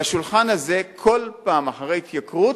והשולחן הזה, כל פעם אחרי התייקרות,